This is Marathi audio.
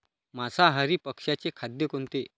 मांसाहारी पक्ष्याचे खाद्य कोणते?